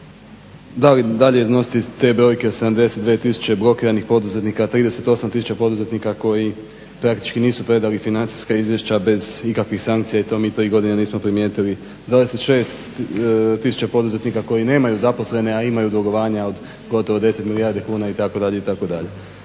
dalje iznositi te brojke 72 tisuće blokiranih poduzetnika, 38 tisuća poduzetnika koji nisu praktički predali financijska izvješća bez ikakvih sankcija i to mi … /Govornik se ne razumije./ … primijetili, 26 tisuća poduzetnika koji nemaju zaposlene a imaju dugovanja od gotovo 10 milijardi kuna itd.